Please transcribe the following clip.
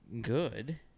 good